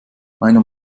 meiner